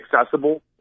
accessible